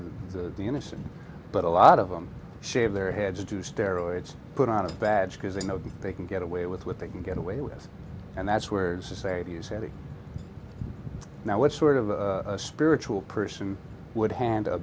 protect the innocent but a lot of them shave their heads do steroids put out a badge because they know they can get away with what they can get away with and that's where society is heading now what sort of a spiritual person would hand